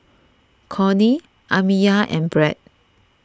Cornie Amiyah and Brad